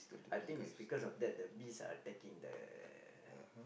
I think it's because of that the bees are attacking the